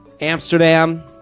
Amsterdam